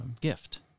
gift